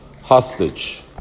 hostage